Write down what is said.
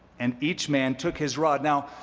and each man took his rod. now,